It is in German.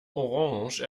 orange